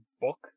book